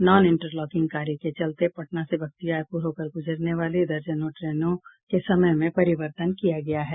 non interlocking कार्य के चलते पटना से बख्तियारपूर होकर गुजरने वाली दर्जनों ट्रेनों के समय में परिवर्तन किया गया है